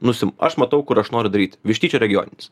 nusim aš matau kur aš noriu daryt vištyčio regioninis